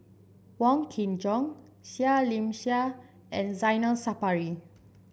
Wong Kin Jong Seah Liang Seah and Zainal Sapari